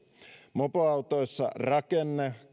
mopoautoissa rakenne